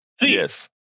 Yes